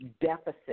deficit